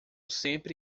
sempre